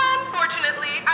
Unfortunately